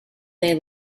they